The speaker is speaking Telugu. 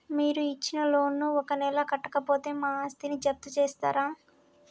మీరు ఇచ్చిన లోన్ ను ఒక నెల కట్టకపోతే మా ఆస్తిని జప్తు చేస్తరా?